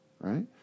right